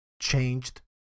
changed